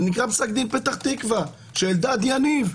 שנקרא פסק דין פתח תקווה שאלדד יניב,